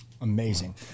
Amazing